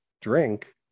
drink